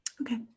okay